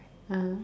(uh huh)